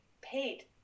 paid